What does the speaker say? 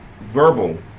verbal